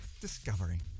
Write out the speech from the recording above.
Discovery